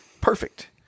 Perfect